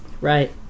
Right